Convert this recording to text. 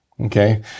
Okay